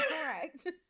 correct